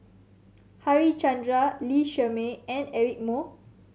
Harichandra Lee Shermay and Eric Moo